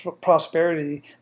prosperity